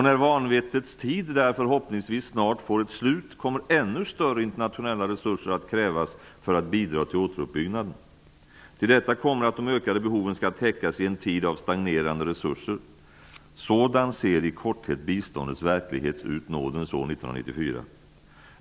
När vanvettets tid där förhoppningsvis snart får ett slut kommer ännu större internationella resurser att krävas för att bidra till återuppbyggnaden. Till detta kommer att de ökade behoven skall täckas i en tid av stagnerande resurser. Sådan ser i korthet biståndets verklighet ut detta nådens år 1994.